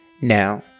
Now